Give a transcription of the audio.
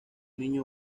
niño